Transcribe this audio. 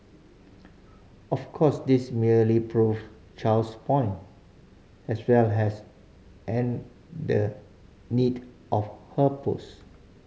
of course this merely prove Chow's point as well as and the need of her post